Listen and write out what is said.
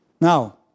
Now